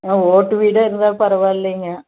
ம் ஓட்டு வீடே இருந்தாலும் பரவாயில்லிங்க